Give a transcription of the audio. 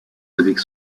avec